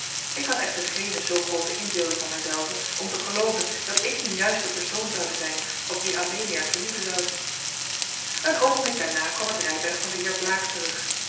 ik had echter geene zoo groote inbeelding van mijzelven om te gelooven dat ik nu juist de persoon zoude zijn op wien amelia verlieven zoude een oogenblik daarna kwam het rijtuig van den heer blaek terug